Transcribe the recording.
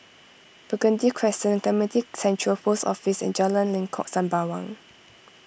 Burgundy Crescent Clementi Central Post Office and Jalan Lengkok Sembawang